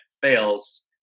fails